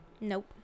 Nope